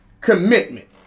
commitment